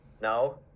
No